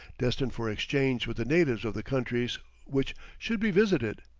destined for exchange with the natives of the countries which should be visited.